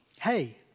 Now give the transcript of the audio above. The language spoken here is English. hey